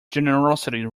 generosity